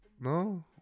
No